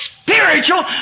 spiritual